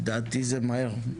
לדעתי זה מהר.